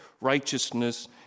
righteousness